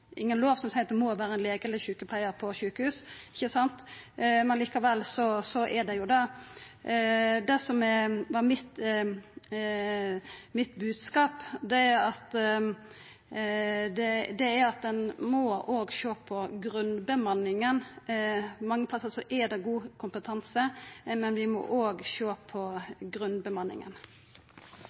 ingen lov som seier at det må vera legar eller sjukepleiarar på sjukehusa – ikkje sant – men likevel er det jo det. Det som var mitt bodskap, er at ein òg må sjå på grunnbemanninga. Mange stader er det god kompetanse, men vi må òg sjå på grunnbemanninga.